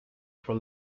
for